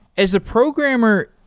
as a programmer,